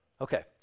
okay